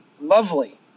lovely